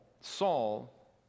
Saul